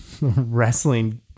wrestling